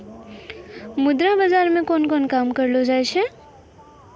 मुद्रा बाजार मे कोन कोन काम करलो जाय छै